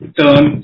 turn